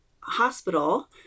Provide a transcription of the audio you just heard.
hospital